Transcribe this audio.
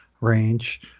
range